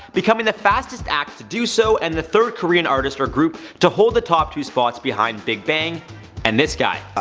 becoming the fastest act to do so, and the third korean artist or group to hold the top two spots behind big bang and this guy.